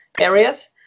areas